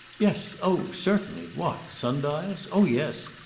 yes oh, certainly! what! sun-dials? oh, yes!